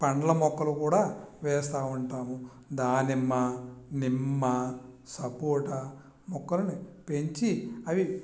పండ్ల మొక్కలు కూడా వేస్తూ ఉంటాము దానిమ్మ నిమ్మ సపోటా మొక్కలని పెంచి అవి